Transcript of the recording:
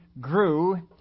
grew